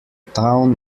town